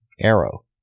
Arrow